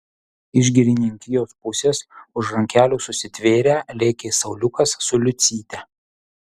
iš girininkijos pusės už rankelių susitvėrę lėkė sauliukas su liucyte